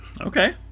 Okay